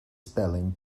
spelling